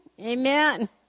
Amen